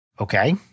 Okay